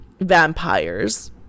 vampires